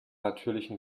natürlichen